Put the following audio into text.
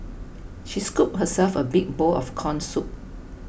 she scooped herself a big bowl of Corn Soup